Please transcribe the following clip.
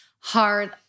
hard